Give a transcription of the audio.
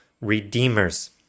redeemers